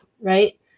right